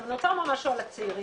אני רוצה לומר משהו על הצעירים,